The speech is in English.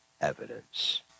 evidence